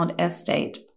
estate